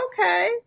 okay